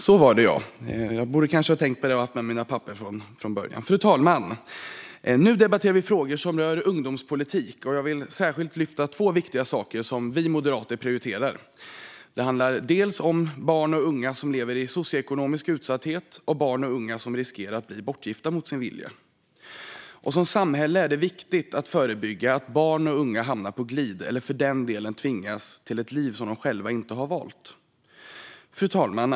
Fru talman! Nu debatterar vi frågor som rör ungdomspolitik, och jag vill särskilt lyfta två viktiga saker som vi moderater prioriterar. Det handlar dels om barn och unga som lever i socioekonomisk utsatthet, dels om barn och unga som riskerar att bli bortgifta mot sin vilja. För oss som samhälle är det viktigt att vi förebygger att barn och unga hamnar på glid eller för den delen tvingas till ett liv som de själva inte har valt. Fru talman!